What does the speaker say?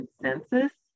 consensus